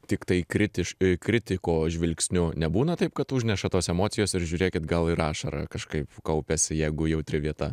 tiktai kritiškai kritiko žvilgsniu nebūna taip kad užneša tos emocijos ir žiūrėkit gal ir ašara kažkaip kaupiasi jeigu jautri vieta